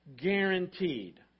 Guaranteed